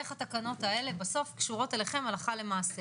איך התקנות האלה בסוף קשורות אליכם הלכה למעשה.